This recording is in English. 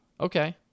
Okay